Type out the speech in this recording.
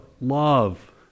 love